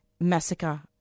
Massacre